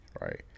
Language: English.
Right